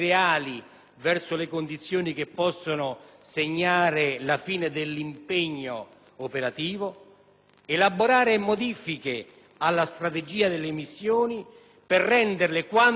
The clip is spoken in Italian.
elaborare modifiche alla strategia delle missioni per renderle, quando necessario, più adeguate alla situazione politica e militare dell'area interessata.